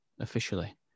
Officially